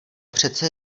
přece